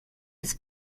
has